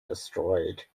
destroyed